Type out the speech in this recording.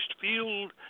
field